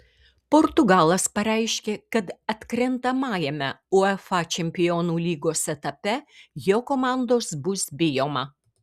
portugalas pareiškė kad atkrentamajame uefa čempionų lygos etape jo komandos bus bijoma